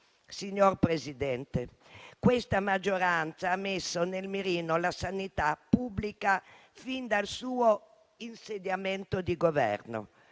Signor Presidente, questa maggioranza ha messo nel mirino la sanità pubblica fin dal suo insediamento di governo.